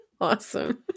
Awesome